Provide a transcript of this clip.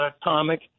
atomic